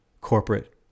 corporate